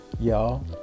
Y'all